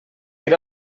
era